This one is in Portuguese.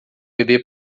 bebê